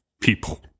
people